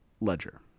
ledger